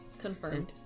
Confirmed